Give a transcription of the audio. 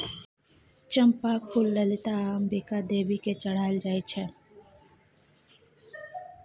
चंपाक फुल ललिता आ अंबिका देवी केँ चढ़ाएल जाइ छै